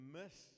miss